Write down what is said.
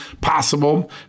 possible